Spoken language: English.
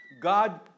God